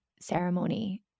Ceremony